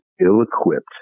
ill-equipped